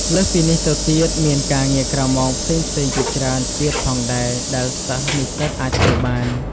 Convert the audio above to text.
លើសពីនេះទៅទៀត មានការងារក្រៅម៉ោងផ្សេងៗជាច្រើនទៀតផងដែរ ដែលសិស្សនិស្សិតអាចធ្វើបាន។